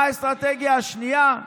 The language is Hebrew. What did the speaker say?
מה האסטרטגיה השנייה?